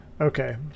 Okay